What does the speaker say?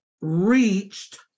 reached